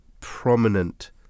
prominent